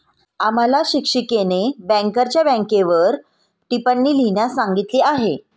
आम्हाला शिक्षिकेने बँकरच्या बँकेवर टिप्पणी लिहिण्यास सांगितली आहे